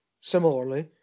Similarly